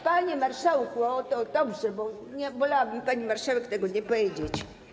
Panie marszałku, to dobrze, bo wolałabym pani marszałek tego nie powiedzieć.